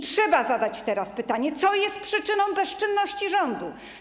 Trzeba zadać teraz pytanie, co jest przyczyną bezczynności rządu.